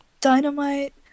Dynamite